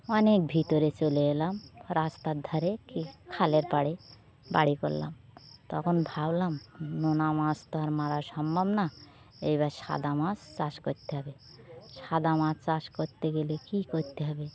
অনেক ভিতরে চলে এলাম রাস্তার ধারে কী খালের পাড়ে বাড়ি করলাম তখন ভাবলাম নোনা মছ তো আর মারা সম্ভব না এইবার সাদা মছ চাষ করতে হবে সাদা মাছ চাষ করতে গেলে কী করতে হবে